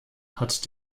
hat